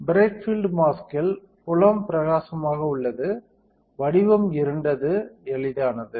bright field மாஸ்க்கில் புலம் பிரகாசமாக உள்ளது வடிவம் இருண்டது எளிதானது